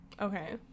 Okay